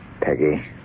peggy